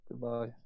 Goodbye